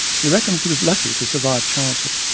he reckons he was lucky, to survive childhood,